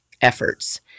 efforts